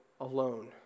alone